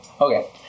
Okay